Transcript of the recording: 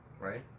Right